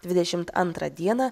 dvidešimt antrą dieną